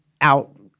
out